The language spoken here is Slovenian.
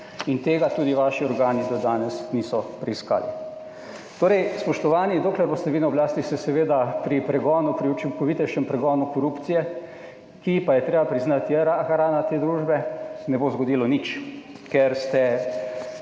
in tega tudi vaši organi do danes niso preiskali. Torej, spoštovani, dokler boste vi na oblasti, se seveda pri pregonu, pri učinkovitejšem pregonu korupcije, ki pa je treba priznati, je rana te družbe, ne bo zgodilo nič, ker ste